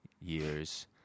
years